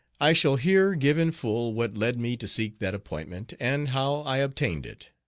i shall here give in full what led me to seek that appointment, and how i obtained it.